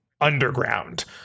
underground